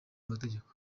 amategeko